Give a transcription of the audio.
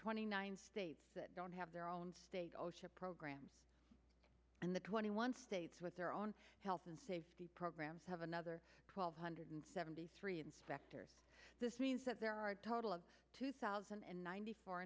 twenty nine states that don't have their own program and the twenty one states with their own health and safety programs have another twelve hundred seventy three inspectors this means that there are a total of two thousand and ninety four